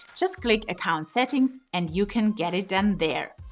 just click account settings, and you can get it done there.